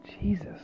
Jesus